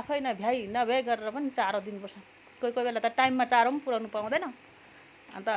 आफै नै भ्याइ नभ्याइ गरेर पनि चारो दिनुपर्छ कोही कोही बेला त टाइममा चारो पुर्याउनु पनि पाउँदैन अन्त